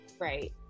Right